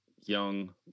Young